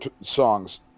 songs